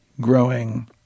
growing